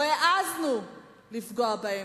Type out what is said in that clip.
לא העזנו לפגוע בהם.